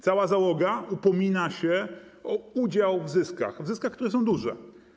Cała załoga upomina się o udział w zyskach, w zyskach, które są duże.